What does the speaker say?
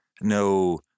no